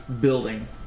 building